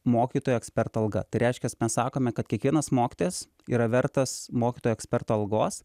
mokytojo eksperto alga tai reiškias mes sakome kad kiekvienas mokytojas yra vertas mokytojo eksperto algos